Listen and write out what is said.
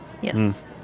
Yes